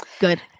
Good